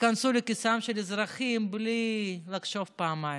וייכנסו לכיסם של האזרחים בלי לחשוב פעמיים.